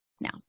Now